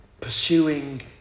pursuing